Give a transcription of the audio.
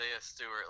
Stewart